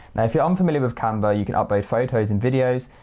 now if you're unfamiliar with canva you can upload photos and videos,